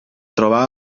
trobà